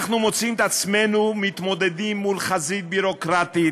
אנחנו מוצאים את עצמנו מתמודדים עם חזית ביורוקרטית